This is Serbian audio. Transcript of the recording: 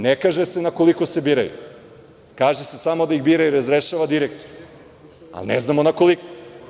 Ne kaže se na koliko se biraju, kaže se samo da ih bira i razrešava direktor, ali ne znamo na koliko.